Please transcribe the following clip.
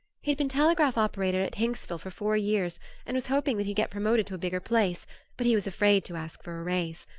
he'd been telegraph operator at hinksville for four years and was hoping that he'd get promoted to a bigger place but he was afraid to ask for a raise.